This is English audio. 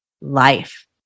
life